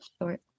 short